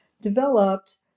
developed